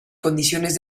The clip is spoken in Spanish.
condiciones